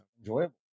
enjoyable